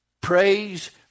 praise